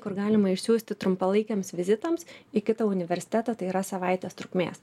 kur galima išsiųsti trumpalaikiams vizitams į kitą universitetą tai yra savaitės trukmės